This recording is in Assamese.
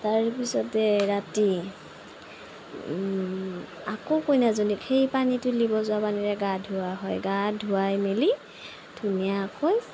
তাৰপিছতে ৰাতি আকৌ কইনাজনীক সেই পানী তুলিব যোৱা পানীৰে গা ধুওৱা হয় গা ধুৱাই মেলি ধুনীয়াকৈ